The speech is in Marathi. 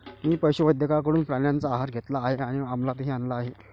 मी पशुवैद्यकाकडून प्राण्यांचा आहार घेतला आहे आणि अमलातही आणला आहे